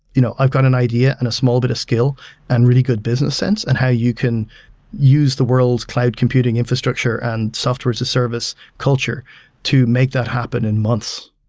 you know i've got an idea and a small bit of skill and really good business sense, and how you can use the world's cloud computing infrastructure and software as a service culture to make that happen in months.